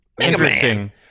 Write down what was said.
Interesting